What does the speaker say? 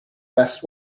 best